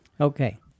Okay